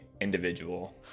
individual